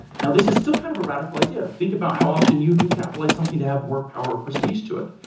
now this is still kind of a radical idea. think about how often you do capitalize something to have more power or prestige to it.